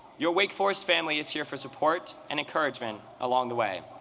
your wake forest family is here for support and encouragement along the way.